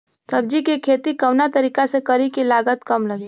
सब्जी के खेती कवना तरीका से करी की लागत काम लगे?